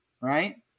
right